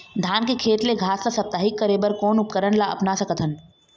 धान के खेत ले घास ला साप्ताहिक करे बर कोन उपकरण ला अपना सकथन?